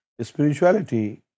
Spirituality